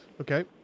Okay